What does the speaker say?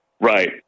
Right